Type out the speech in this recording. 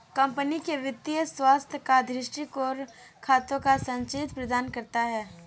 company के वित्तीय स्वास्थ्य का दृष्टिकोण खातों का संचित्र प्रदान करता है